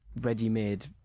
ready-made